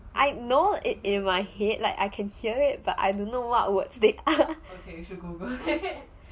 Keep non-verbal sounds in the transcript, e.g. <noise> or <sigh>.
I know it in my head like I can hear it but I don't know what words they are <laughs>